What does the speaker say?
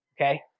okay